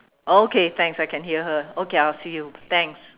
okay thanks I can hear her okay I'll see you thanks